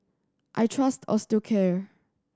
I trust Osteocare